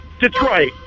Detroit